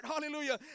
Hallelujah